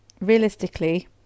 realistically